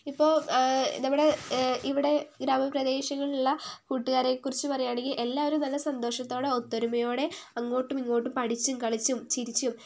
ഇപ്പൊ നമ്മുടെ ഇവിടെ ഗ്രാമ പ്രദേശങ്ങളിലുള്ള കുട്ടുകാരെക്കുറിച്ച പറയുകയാണെങ്കിൽ എല്ലാവരും നല്ല സന്തോഷത്തോടെ ഒത്തൊരുമയോടെ അങ്ങോട്ടും ഇങ്ങോട്ടും പഠിച്ചും കളിച്ചും ചിരിച്ചും